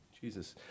Jesus